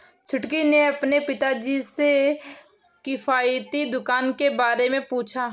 छुटकी ने अपने पिताजी से किफायती दुकान के बारे में पूछा